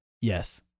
Yes